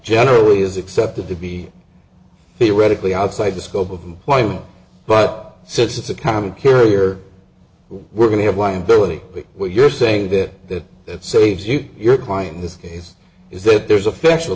generally is accepted to be theoretically outside the scope of employment but since it's a common carrier we're going to have liability where you're saying that that saves you your client in this case is that there's a factual